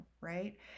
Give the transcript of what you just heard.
right